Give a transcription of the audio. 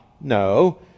No